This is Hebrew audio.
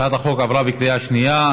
הצעת החוק עברה בקריאה שנייה.